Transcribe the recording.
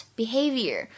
behavior